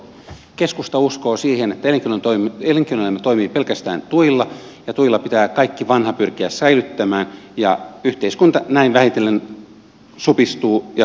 keskusta uskoo siihen että elinkeinoelämä toimii pelkästään tuilla ja tuilla pitää kaikki vanha pyrkiä säilyttämään ja yhteiskunta näin vähitellen supistuu ja kurjistuu